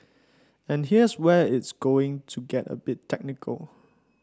and here's where it's going to get a bit technical